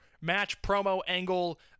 match-promo-angle